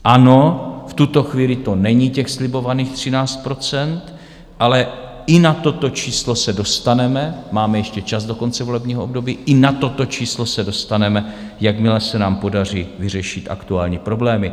Ano, v tuto chvíli to není těch slibovaných 13 %, ale i na toto číslo se dostaneme máme ještě čas do konce volebního období i na toto číslo se dostaneme, jakmile se nám podaří vyřešit aktuální problémy.